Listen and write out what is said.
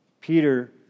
Peter